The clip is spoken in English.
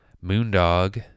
moondog